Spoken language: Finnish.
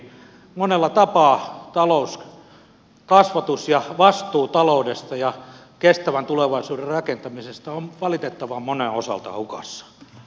monella tapaa talouskasvatus ja vastuu taloudesta ja kestävän tulevaisuuden rakentamisesta on valitettavan monen osalta hukassa